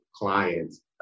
clients